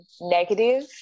negative